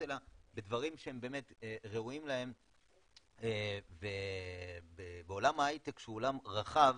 אלא בדברים שהם באמת ראויים להם ובעולם ההייטק שהוא עולם רחב,